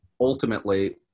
ultimately